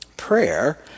prayer